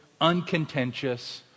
uncontentious